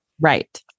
Right